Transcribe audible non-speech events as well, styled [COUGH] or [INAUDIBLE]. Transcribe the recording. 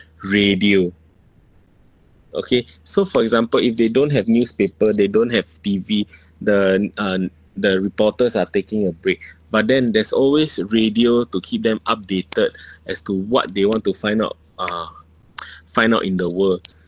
radio okay so for example if they don't have newspaper they don't have T_V the n~ uh n~ the reporters are taking a break [BREATH] but then there's always radio to keep them updated [BREATH] as to what they want to find out uh [BREATH] find out in the world